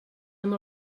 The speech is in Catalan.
amb